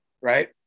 right